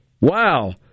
Wow